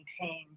maintain